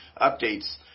updates